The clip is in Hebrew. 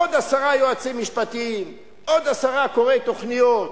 עוד עשרה יועצים משפטיים, עוד עשרה קוראי תוכניות,